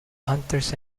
hunters